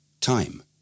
time